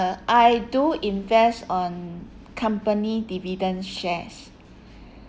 I do invest on company dividend shares